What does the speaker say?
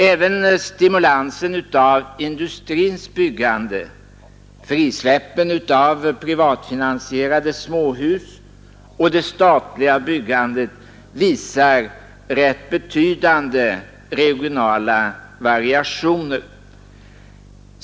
Även stimulansen av industrins byggande, frisläppen av privatfinansierade småhus och det dagliga byggandet visar rätt betydande regionala variationer.